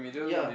ya